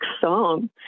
song